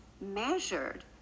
measured